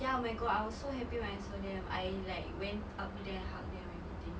ya oh my god I was so happy when I saw them I like went up to them hug them and everything